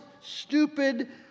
stupid